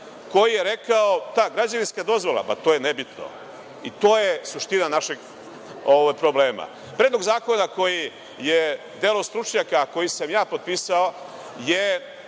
koji je rekao – ta građevinska dozvola, pa to je nebitno i to je suština našeg problema. Predlog zakona koji je delo stručnjaka, koji sam ja potpisao, je